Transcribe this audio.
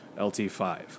LT5